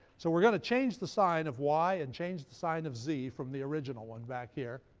so we're going to change the sign of y and change the sign of z, from the original one, back here.